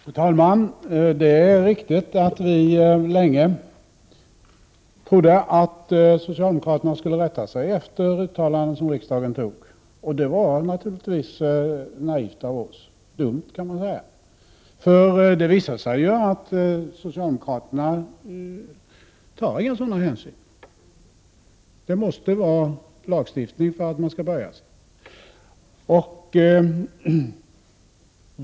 Fru talman! Det är riktigt att vi länge trodde att socialdemokraterna skulle rätta sig efter de uttalanden som riksdagen gjorde. Det var naturligtvis naivt av oss. Det var dumt, kan man säga, för det visade sig att socialdemokraterna inte tar några sådana hänsyn. Det måste till lagstiftning för att de skall böja sig.